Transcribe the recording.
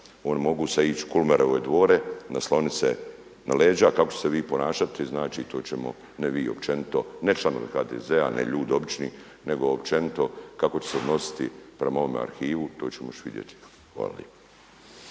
oni mogu sad ići u Kulmerove dvore naslonit se na leđa kako ćete se vi ponašati. Znači to ćemo, ne vi, općenito, ne članovi HDZ-a, ne ljudi obični, nego općenito kako će se odnositi prema ovome arhivu to ćemo još vidjeti. Hvala